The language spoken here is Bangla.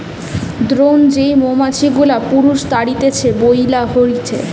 দ্রোন যেই মৌমাছি গুলা পুরুষ তাদিরকে বইলা হয়টে